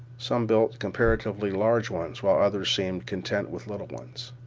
some built comparatively large ones, while others seems content with little ones.